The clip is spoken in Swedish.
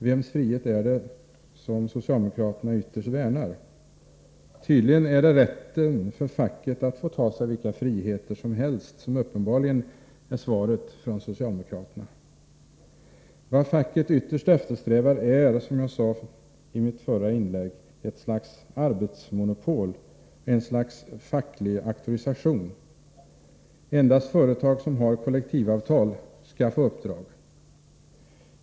Vems frihet är det som socialdemokraterna ytterst värnar om? Tydligen är det rätten för facket att få ta sig vilka friheter som helst. Det är uppenbarligen svaret från socialdemokraterna. Vad facket ytterst eftersträvar är, som jag sade i mitt förra inlägg, ett slags arbetsmonopol, ett slags facklig auktorisation. Endast företag som har kollektivavtal skall få uppdrag.